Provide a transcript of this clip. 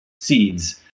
seeds